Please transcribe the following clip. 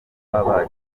baba